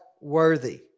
worthy